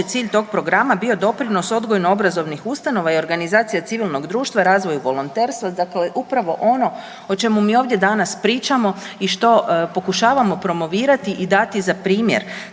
cilj to programa bio doprinos odgojno obrazovnih ustanova i organizacija civilnog društva razvoju volonterstva koje je upravo ono o čemu mi ovdje danas pričamo i što pokušavamo promovirati i dati za primjer.